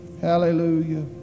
Hallelujah